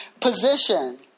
position